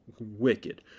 wicked